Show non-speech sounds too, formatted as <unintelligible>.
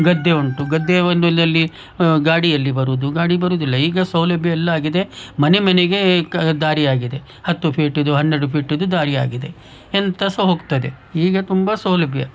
ಗದ್ದೆ ಉಂಟು ಗದ್ದೆ <unintelligible> ಗಾಡಿ ಎಲ್ಲಿ ಬರೋದು ಗಾಡಿ ಬರುವುದಿಲ್ಲ ಈಗ ಸೌಲಭ್ಯ ಎಲ್ಲ ಆಗಿದೆ ಮನೆ ಮನೆಗೆ ಕ ದಾರಿ ಆಗಿದೆ ಹತ್ತು ಫೀಟಿದು ಹನ್ನೆರಡು ಫೀಟಿದು ದಾರಿ ಆಗಿದೆ ಎಂತ ಸಹ ಹೋಗ್ತದೆ ಹೀಗೆ ತುಂಬ ಸೌಲಭ್ಯ